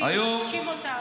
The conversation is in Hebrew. מאשים אותם.